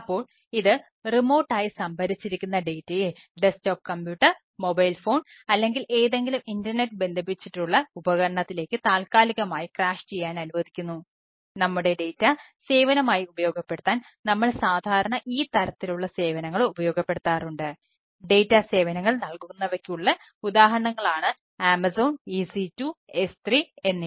അപ്പോൾ ഇത് remote EC2 S3 എന്നിവ